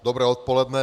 Dobré odpoledne.